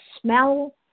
smell